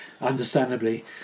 understandably